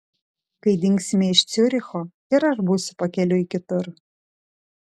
kai dingsime iš ciuricho ir aš būsiu pakeliui kitur